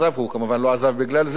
הוא כמובן לא עזב בגלל זה,